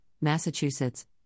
Massachusetts